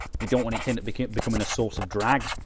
we don't want it and it be kept becoming a sort of drag.